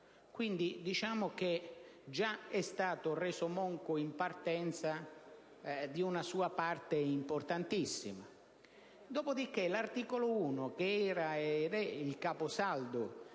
possiamo dire che è già stato reso monco in partenza di una sua parte importantissima. Dopodichè l'articolo 1, che era ed è il caposaldo